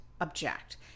object